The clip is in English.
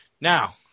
Now